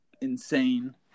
insane